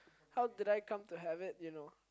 how did I come to have it you know